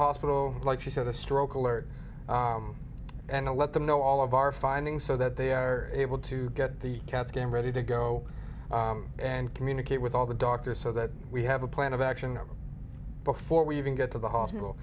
hospital like she said a stroke alert and a let them know all of our findings so that they are able to get the cat scan ready to go and communicate with all the doctors so that we have a plan of action before we even get to the hospital